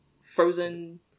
frozen